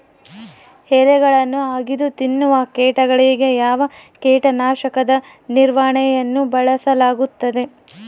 ಎಲೆಗಳನ್ನು ಅಗಿದು ತಿನ್ನುವ ಕೇಟಗಳಿಗೆ ಯಾವ ಕೇಟನಾಶಕದ ನಿರ್ವಹಣೆಯನ್ನು ಬಳಸಲಾಗುತ್ತದೆ?